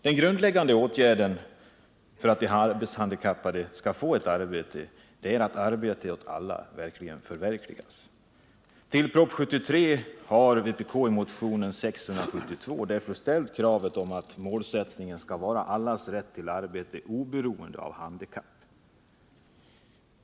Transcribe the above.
Den grundläggande åtgärden för att de arbetshandikappade skall få ett arbete är att parollen arbete åt alla förverkligas. I anslutning till propositionen 73 har vpk i motionen 672 ställt kravet att målsättningen skall vara allas rätt till arbete oberoende av handikapp.